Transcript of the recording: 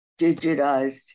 digitized